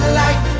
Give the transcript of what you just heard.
light